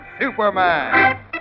Superman